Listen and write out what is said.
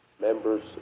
members